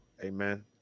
Amen